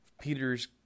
Peters